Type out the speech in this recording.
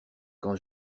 quand